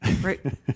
Right